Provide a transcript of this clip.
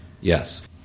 Yes